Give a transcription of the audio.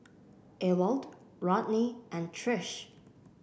Ewald Rodney and Trish